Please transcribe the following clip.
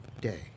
day